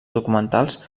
documentals